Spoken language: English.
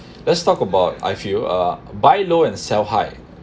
let's talk about I feel uh buy low and sell high